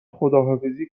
خداحافظی